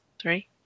Three